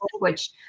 language